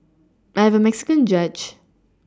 I have a Mexican judge